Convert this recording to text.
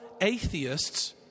atheists